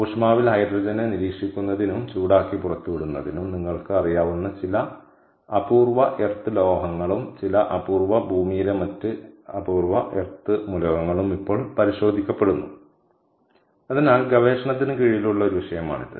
ഊഷ്മാവിൽ ഹൈഡ്രജനെ നിരീക്ഷിക്കുന്നതിനും ചൂടാക്കി പുറത്തുവിടുന്നതിനും നിങ്ങൾക്ക് അറിയാവുന്ന ചില അപൂർവ എർത്ത് ലോഹങ്ങളും ചില അപൂർവ ഭൂമിയിലെ മറ്റ് അപൂർവ എർത്ത് മൂലകങ്ങളും ഇപ്പോൾ പരിശോധിക്കപ്പെടുന്നു അതിനാൽ ഗവേഷണത്തിന് കീഴിലുള്ള ഒരു വിഷയമാണിത്